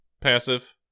passive